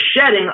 shedding